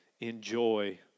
enjoy